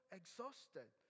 exhausted